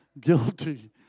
Guilty